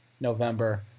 November